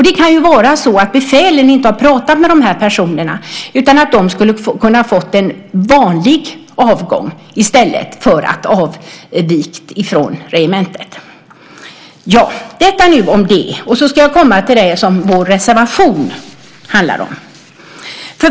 Det kan ju vara så att befälen inte har pratat med dessa personer. De kanske hade kunnat få en vanlig avgång i stället för att avvika från regementet. Nu kommer jag till det som vår reservation handlar om.